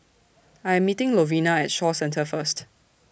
I Am meeting Lovina At Shaw Centre First